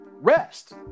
rest